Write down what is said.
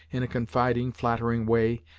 in a confiding flattering way,